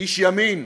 איש ימין,